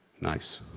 nice.